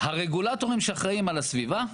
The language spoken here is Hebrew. הרגולטורים שאחראיים על הסביבה,